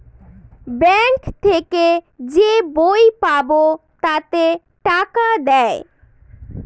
bank থেকে যে বই পাবো তাতে টাকা দেয়